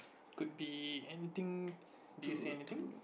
could be anything do you see anything